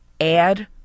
add